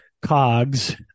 cogs